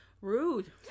rude